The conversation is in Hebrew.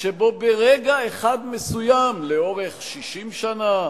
שבו ברגע אחד מסוים, לאורך 60 שנה,